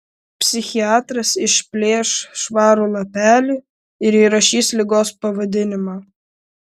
psichiatras išplėš švarų lapelį ir įrašys ligos pavadinimą